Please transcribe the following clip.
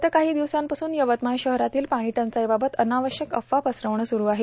गत काही दिवसांपासून यवतमाळ शहरातील पाणी टंचाईबाबत अनावश्यक अफवा पसरविणे स्रू आहे